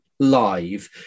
live